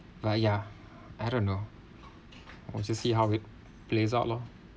well ya I don't know or just see how it plays out lor